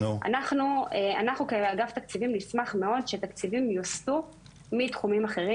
אנחנו כאגף תקציבים נשמח מאוד שתקציבים יוסטו מתחומים אחרים,